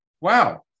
wow